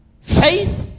faith